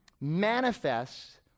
manifests